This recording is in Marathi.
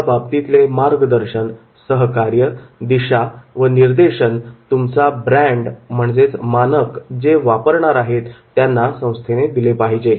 त्या बाबतीतले मार्गदर्शन सहकार्य दिशा व निर्देशन तुमचा ब्रँड मानक जे वापरणार आहेत त्यांना संस्थेने दिले पाहिजे